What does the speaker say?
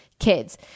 kids